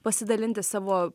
pasidalinti savo